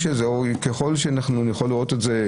אפשר לראות את זה,